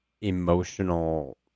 emotional